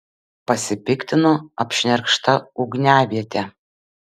pasipiktino apšnerkšta ugniaviete